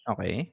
Okay